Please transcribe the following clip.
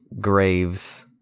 graves